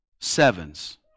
sevens